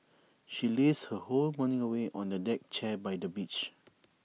she lazed her whole morning away on A deck chair by the beach